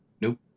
Nope